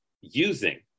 using